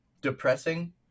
depressing